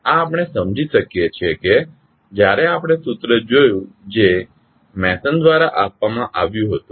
આ આપણે સમજી શકીએ છીએ કે જ્યારે આપણે સૂત્ર જોયું જે મેસન દ્વારા આપવામાં આવ્યું હતું